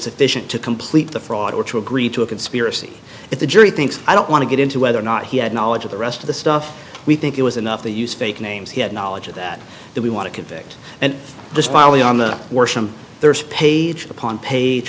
sufficient to complete the fraud or to agree to a conspiracy if the jury thinks i don't want to get into whether or not he had knowledge of the rest of the stuff we i think it was enough to use fake names he had knowledge of that that we want to convict and the smiley on the there is page upon page